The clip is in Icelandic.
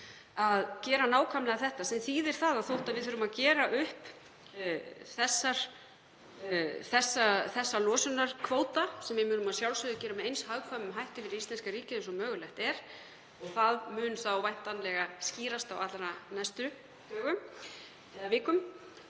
að gera nákvæmlega það, sem þýðir að þótt við þurfum að gera upp þessa losunarkvóta, sem við munum að sjálfsögðu gera með eins hagkvæmum hætti fyrir íslenska ríkið og mögulegt er og það mun þá væntanlega skýrast á allra næstu dögum eða vikum,